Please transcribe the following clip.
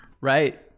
right